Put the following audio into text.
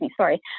sorry